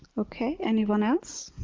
okay anyone else